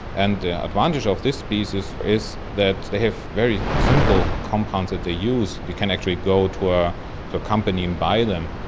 and the advantage of this species is they have very simple compounds that they use, you can actually go to ah to a company and buy them,